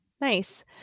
Nice